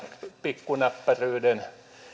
pikkunäppäryyden